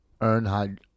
Earnhardt